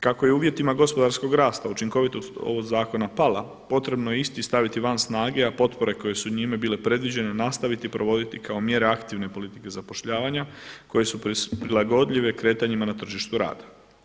Kako je u uvjetima gospodarskog rasta učinkovitost ovog zakona pala potrebno je isti staviti van snage, a potpore koje su njime bile predviđene nastaviti provoditi kao mjere aktivne politike zapošljavanja koje su prilagodljive kretanjima na tržištu rada.